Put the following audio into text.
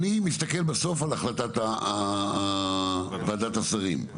בסוף, אני מסתכל על החלטת ועדת השרים.